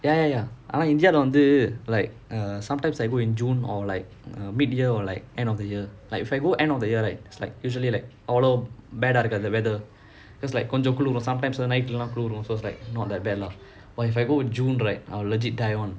ya ya ya ஆனா:aanaa india leh வந்து:vanthu like err sometimes I go in june or like uh mid year or like end of the year like if I go end of the year right it's like usually like அவ்ளோ:avlo bad eh இருக்காது:irukkaathu the weather because like கொஞ்சம் குளிரும்:konjam kulirum sometimes night leh குளிரும்:kulirum so it's like not that bad lah but if I go in june right will legit die [one]